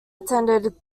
attended